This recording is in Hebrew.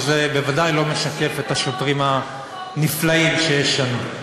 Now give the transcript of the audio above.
אבל זה בוודאי לא משקף את השוטרים הנפלאים שיש לנו.